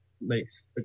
makes